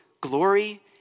Glory